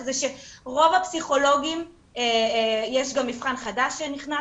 הוא שרוב הפסיכולוגים - יש גם מבחן חדש שנכנס